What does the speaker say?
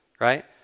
right